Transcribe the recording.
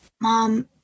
Mom